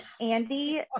Andy